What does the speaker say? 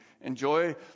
enjoy